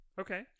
Okay